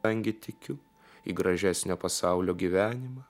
angį tikiu į gražesnio pasaulio gyvenimą